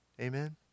Amen